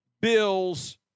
Bills